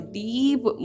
deep